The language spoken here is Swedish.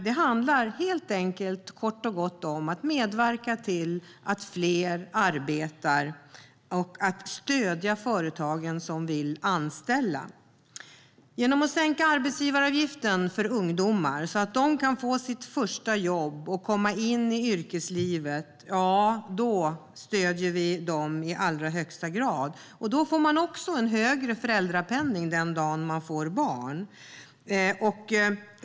Det handlar kort och gott om att medverka till att fler arbetar och att stödja de företag som vill anställa. Genom att sänka arbetsgivaravgiften för ungdomar så att de kan få sitt första jobb och komma in i yrkeslivet stöder vi dem i allra högsta grad. Det innebär att de också får högre föräldrapenning den dag de får barn.